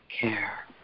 care